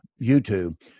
YouTube